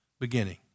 beginning